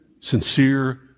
sincere